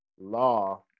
Law